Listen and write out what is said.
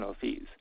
fees